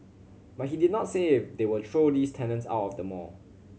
but he did not say if they will throw these tenants out of the mall